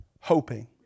hoping